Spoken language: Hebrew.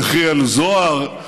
יחיאל זוהר,